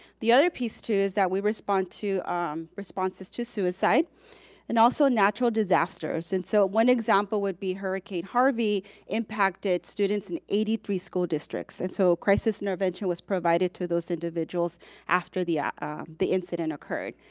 the other piece too is that we respond to um responses to suicide and also natural disasters. and so one example would be hurricane harvey impacted students in eighty three school districts. and so crisis intervention was provided to those individuals after the ah the incident occurred.